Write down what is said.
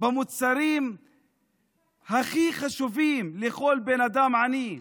במוצרים הכי חשובים לכל בן אדם עני,